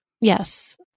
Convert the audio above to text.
Yes